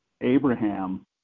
Abraham